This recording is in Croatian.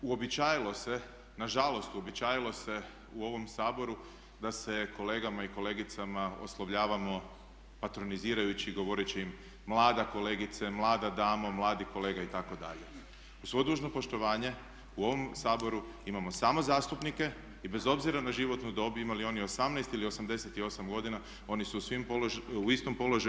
Uobičajilo se, nažalost uobičajilo se u ovom Saboru da se kolegama i kolegicama oslovljavamo patronizirajući i govoreći im mlada kolegice, mlada damo, mladi kolega itd. uz svo dužno poštovanje u ovom Saboru imamo samo zastupnike i bez obzira na životnu dob imali oni 18 ili 88 godina oni su svi u istom položaju.